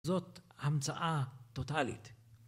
זאת המצאה טוטאלית.